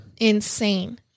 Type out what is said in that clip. insane